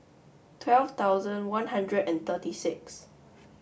twelve thousand one hundred and thirty six